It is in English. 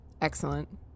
Excellent